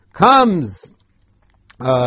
comes